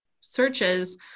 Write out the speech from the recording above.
searches